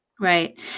Right